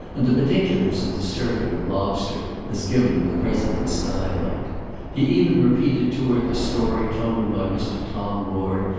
and the particulars of the surfeit of lobster as given in the president's dialect he even repeated to her the story told him by mr. tom lord,